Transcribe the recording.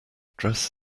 dress